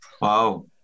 Wow